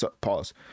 pause